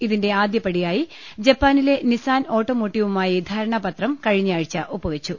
ഇതിന്റെ ആദ്യപടിയായി ജപ്പാനിലെ നിസാൻ ഓട്ടോമോട്ടീവുമായി ധാരണാപത്രം കഴിഞ്ഞ ആഴ്ച ഒപ്പുവെ ച്ചു